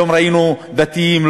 היום ראינו דתיים,